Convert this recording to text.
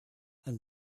and